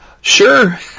Sure